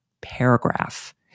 paragraph